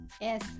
Yes